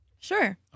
Sure